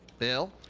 bill?